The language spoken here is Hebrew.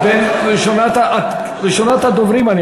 את ראשונת הדוברים פה,